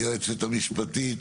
היועצת המשפטית,